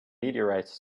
meteorites